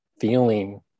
feeling